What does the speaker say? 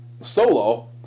solo